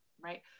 right